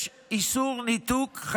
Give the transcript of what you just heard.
יש איסור ניתוק,